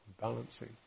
balancing